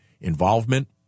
involvement